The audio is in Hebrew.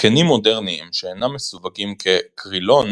התקנים מודרניים שאינם מסווגים כקרילון,